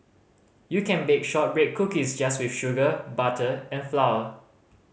you can bake shortbread cookies just with sugar butter and flour